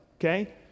okay